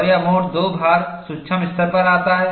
और यह mode II भार सूक्ष्म स्तर पर आता है